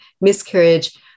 miscarriage